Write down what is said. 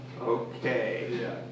Okay